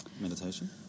meditation